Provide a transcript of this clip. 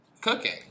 cooking